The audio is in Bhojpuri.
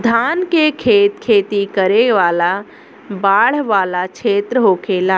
धान के खेत खेती करे वाला बाढ़ वाला क्षेत्र होखेला